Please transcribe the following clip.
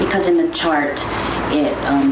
because in the chart it